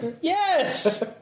Yes